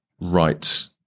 right